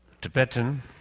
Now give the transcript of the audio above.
Tibetan